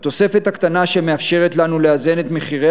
התוספת הקטנה שמאפשרת לנו לאזן את מחירי